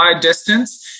distance